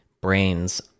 brains